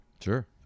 sure